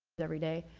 every day.